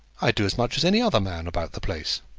i do as much as any other man about the place.